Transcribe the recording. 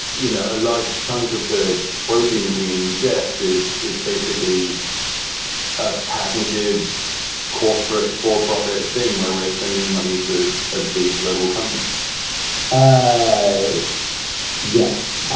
you know, a large chunk of the protein that we ingest is is basically a patented corporate for profit thing where we're sending money to a big global company yes.